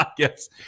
Yes